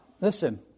listen